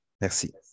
Merci